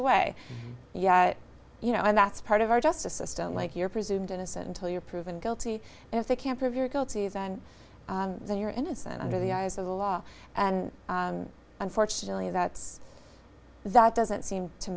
away yeah you know and that's part of our justice system like you're presumed innocent until you're proven guilty and if they can prove you're guilty of that and then you're innocent under the eyes of the law and unfortunately that's that doesn't seem to